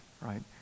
right